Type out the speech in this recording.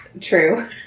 True